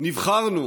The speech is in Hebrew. נבחרנו